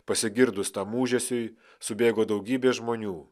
pasigirdus tam ūžesiui subėgo daugybė žmonių